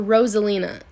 Rosalina